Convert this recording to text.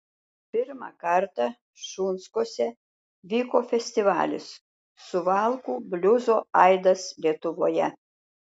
pirmą kartą šunskuose vyko festivalis suvalkų bliuzo aidas lietuvoje